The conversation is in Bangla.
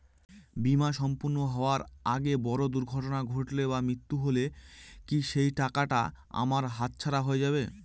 বীমা সম্পূর্ণ হওয়ার আগে বড় দুর্ঘটনা ঘটলে বা মৃত্যু হলে কি সেইটাকা আমার হাতছাড়া হয়ে যাবে?